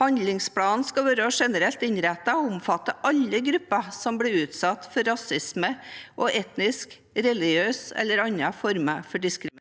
Handlingsplanen skal være generelt innrettet og omfatte alle grupper som blir utsatt for rasisme og etnisk, religiøs eller andre former for diskriminering,